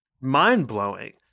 mind-blowing